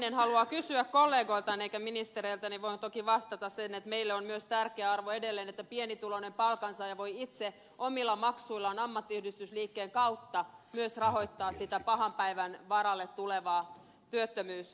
manninen haluaa kysyä kollegoiltaan eikä ministereiltä niin voin toki vastata sen että meille on myös tärkeä arvo edelleen että pienituloinen palkansaaja voi itse omilla maksuillaan ammattiyhdistysliikkeen kautta myös rahoittaa sitä pahan päivän varalle tulevaa työttömyyskorvausta